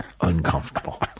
uncomfortable